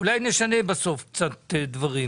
אולי בסוף נשנה קצת דברים.